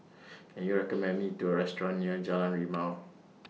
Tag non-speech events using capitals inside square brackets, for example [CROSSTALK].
Can YOU [NOISE] recommend Me to A Restaurant near Jalan Rimau